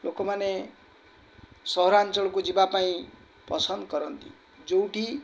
ଲୋକମାନେ ସହରାଞ୍ଚଳକୁ ଯିବାପାଇଁ ପସନ୍ଦ କରନ୍ତି ଯେଉଁଠି